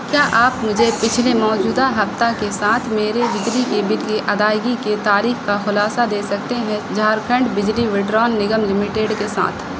کیا آپ مجھے پچھلے موجودہ ہفتہ کے ساتھ میرے بجلی کے بل کی ادائیگی کی تاریخ کا خلاصہ دے سکتے ہیں جھارکھنڈ بجلی وترن نگم لمیٹڈ کے ساتھ